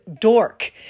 dork